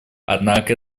однако